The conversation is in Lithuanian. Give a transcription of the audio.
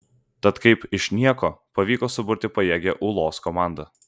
tad kaip iš nieko pavyko suburti pajėgią ūlos komandą